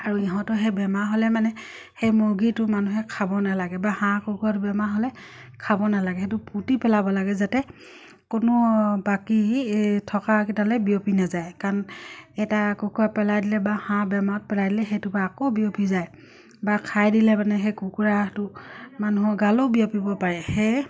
আৰু ইহঁতৰ সেই বেমাৰ হ'লে মানে সেই মুৰ্গীটো মানুহে খাব নালাগে বা হাঁহ কুকুৰাৰ বেমাৰ হ'লে খাব নালাগে সেইটো পুতি পেলাব লাগে যাতে কোনো বাকী থকা কেইটালে বিয়পি নাযায় কাৰণ এটা কুকুৰা পেলাই দিলে বা হাঁহ বেমাৰত পেলাই দিলে সেইটোবা আকৌ বিয়পি যায় বা খাই দিলে মানে সেই কুকুৰাটো মানুহৰ গালেও বিয়পিব পাৰে সেয়ে